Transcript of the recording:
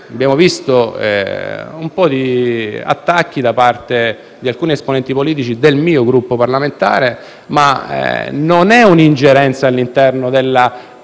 sul decreto un po' di attacchi da parte di alcuni esponenti politici del mio Gruppo parlamentare, ma non vi è ingerenza all'interno dell'attività